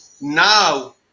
now